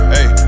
Hey